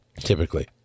typically